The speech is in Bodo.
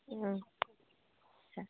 आस्सा